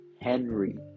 Henry